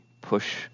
push